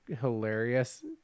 hilarious